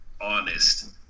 honest